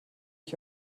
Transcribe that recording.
ich